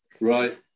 Right